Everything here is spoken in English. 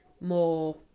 more